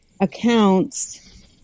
accounts